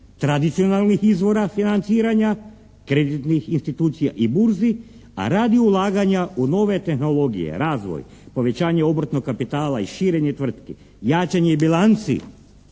tradicionalnih izvora financiranja, kreditnih institucija i burzi, a radi ulaganja u nove tehnologije, razvoj, povećanje obrtnog kapitala i širenje tvrtki, jačanje bilanci